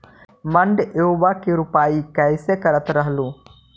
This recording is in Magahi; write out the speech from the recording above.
मड़उआ की रोपाई कैसे करत रहलू?